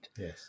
yes